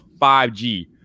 5G